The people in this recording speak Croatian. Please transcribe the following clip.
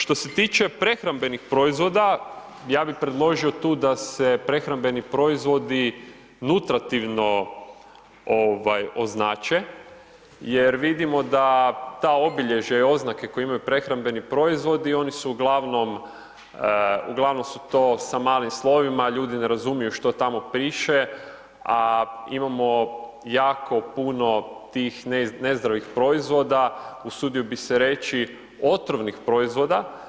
Što se tiče prehrambenih proizvoda, ja bih predložio tu da se prehrambeni proizvodi nutritivno označe jer vidimo da ta obilježja i oznake koje imaju prehrambeni proizvodi, oni su uglavnom to sam mali slovima, ljudi ne razumiju što tamo piše a imamo jako puno tih nezdravih proizvoda, usudio bi se reći otrovnih proizvoda.